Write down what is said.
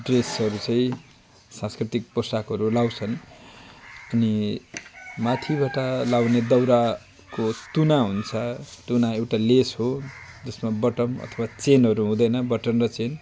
ड्रेसहरू चाहिँ सांस्कृतिक पोसाकहरू लगाउँछन् अनि माथिबाट लगाउने दौराको तुना हुन्छ तुना एउटा लेस हो त्यसमा बटन अथवा चेनहरू हुँदैन बटन र चेन